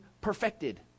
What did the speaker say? perfected